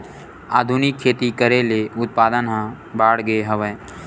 आधुनिक खेती करे ले उत्पादन ह बाड़गे हवय